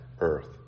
earth